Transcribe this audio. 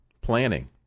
Planning